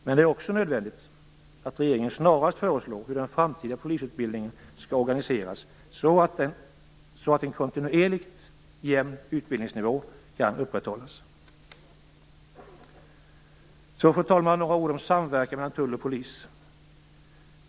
Men det är också nödvändigt att regeringen snarast föreslår hur den framtida polisutbildningen skall organiseras så att en kontinuerligt jämn utbildningsnivå kan upprätthållas. Så, fru talman, vill jag säga några ord om samverkan mellan tull och polis.